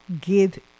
give